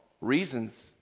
reasons